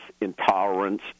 intolerance